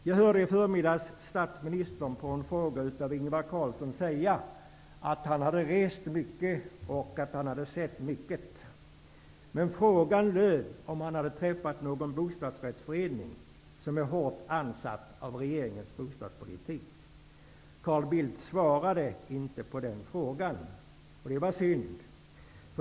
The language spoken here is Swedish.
Jag hörde i förmiddags statsministern -- efter en fråga av Ingvar Carlsson -- säga att han hade rest mycket och att han hade sett mycket. Men frågan löd om han hade träffat någon bostadsrättsförening som är hårt ansatt av regeringens bostadspolitik. Carl Bildt svarade inte på den frågan. Det var synd.